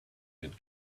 good